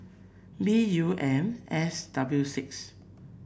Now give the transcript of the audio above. B U M S W six